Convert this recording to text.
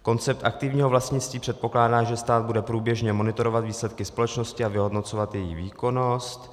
Koncept aktivního vlastnictví předpokládá, že stát bude průběžně monitorovat výsledky společnosti a vyhodnocovat jejich výkonnost.